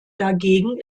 dagegen